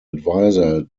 advisor